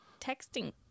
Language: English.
texting